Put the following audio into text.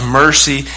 mercy